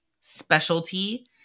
specialty